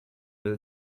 will